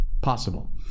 Possible